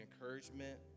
encouragement